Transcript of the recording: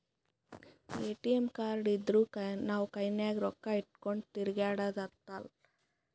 ATM card ಇದ್ದೂರ್ ನಾವು ಕೈನಾಗ್ ರೊಕ್ಕಾ ಇಟ್ಗೊಂಡ್ ತಿರ್ಗ್ಯಾಡದ್ ಹತ್ತಲಾ